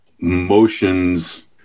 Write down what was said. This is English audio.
motions